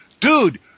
dude